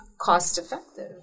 cost-effective